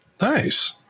Nice